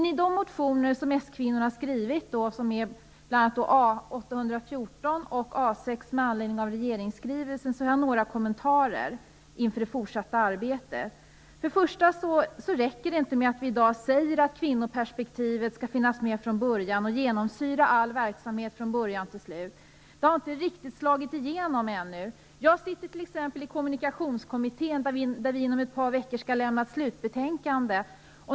När det gäller de motioner som s-kvinnorna har skrivit med anledning av regeringsskrivelsen, A814 och A6, har jag några kommentarer inför det fortsatta arbetet. Det räcker i dag inte med att vi säger att kvinnoperspektivet skall finnas med från början och att den skall genomsyra all verksamhet från början till slut. Det har inte riktigt slagit igenom ännu. Jag sitter t.ex. i Kommunikationskommittén. Vi skall inom ett par veckor lämna ett slutbetänkande.